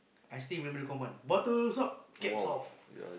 I still remember the command bottles up caps off